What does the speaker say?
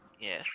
Yes